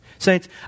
Saints